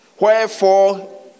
Wherefore